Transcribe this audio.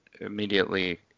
immediately